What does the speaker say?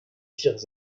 tirs